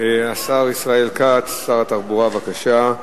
השר ישראל כץ, שר התחבורה, בבקשה.